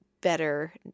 better